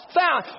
found